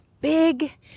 big